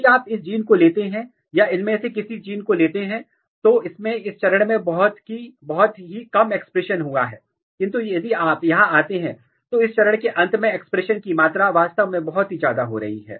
यदि आप इस जीन को लेते हैं या इनमें से किसी जीन को लेते हैं तो इसमें इस चरण में बहुत की कम एक्सप्रेशन हुआ है किंतु यदि आप यहां आते हैं तो इस चरण के अंत में एक्सप्रेशन की मात्रा वास्तव में बहुत ही ज्यादा हो रही है